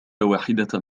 واحدة